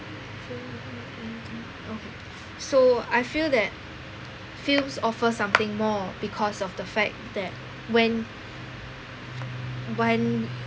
so I feel that films offer something more because of the fact that when when